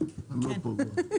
הם לא פה.